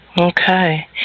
Okay